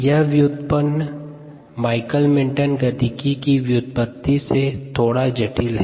यह व्युत्पन्न Michaelis Menten गतिकी की व्युत्पत्ति से थोड़ा जटिल है